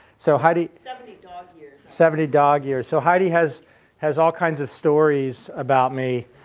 so heidi. seventy dog years. seventy dog years. so heidi has has all kinds of stories about me